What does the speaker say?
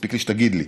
מספיק לי שתגיד לי,